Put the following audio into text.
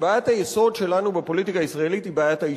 שבעיית היסוד שלנו בפוליטיקה הישראלית היא בעיית ההשתתפות.